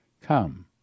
Come